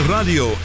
Radio